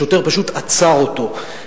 השוטר פשוט עצר אותו,